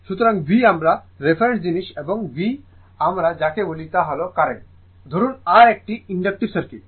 সুতরাং V আমার reference জিনিস এবং আমরা যাকে বলি তা হল কারেন্ট I ধরুন R একটি ইন্ডাক্টিভ সার্কিট